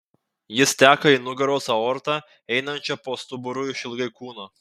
jis teka į nugaros aortą einančią po stuburu išilgai kūno